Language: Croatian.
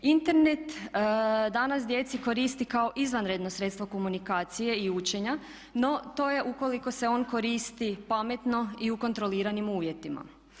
Internet, danas djeci koristi kao izvanredno sredstvo komunikacije i učenja no to je ukoliko se on koristi pametno i u kontroliranim uvjetima.